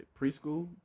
preschool